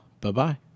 Bye-bye